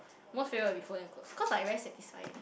most favourite will be folding the clothes cause like very satisfying eh